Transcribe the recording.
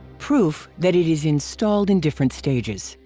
proof that it is installed in different stages.